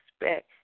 expect